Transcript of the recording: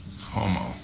Homo